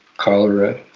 cholera,